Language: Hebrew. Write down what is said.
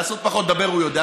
לעשות, פחות; לדבר הוא יודע.